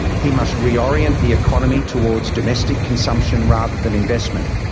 he must reorient the economy towards domestic consumption rather than investment,